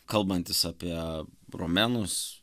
kalbantis apie romėnus